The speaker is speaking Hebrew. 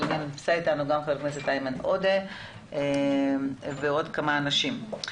אבל נמצא איתנו חבר הכנסת איימן עודה ועוד כמה אנשים.